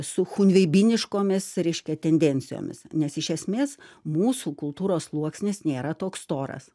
su chunveibiniškomis reiškia tendencijomis nes iš esmės mūsų kultūros sluoksnis nėra toks storas